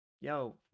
yo